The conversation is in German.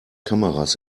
kameras